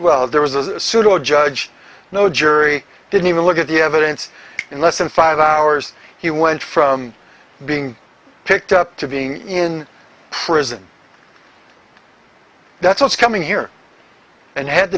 well there was a pseudo judge no jury didn't even look at the evidence in less than five hours he went from being picked up to being in prison that's what's coming here and had